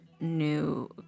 new